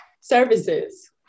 services